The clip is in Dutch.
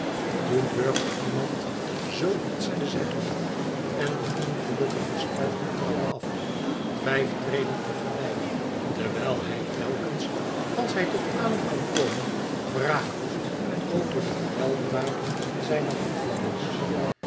hoe durft iemand zoo iets zeggen en de ongelukkige stuift de trap af vijf treden te gelijk terwijl hij telkens als hij tot adem kan komen wraak roept over den geweldenaar en zijne